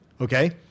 okay